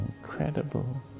incredible